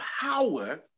power